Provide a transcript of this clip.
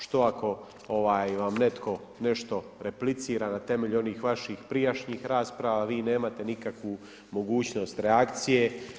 Što ako vam netko nešto replicira na temelju onih vaših prijašnjih rasprava, vi nemate nikakvu mogućnost reakcije?